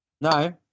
No